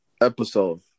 episode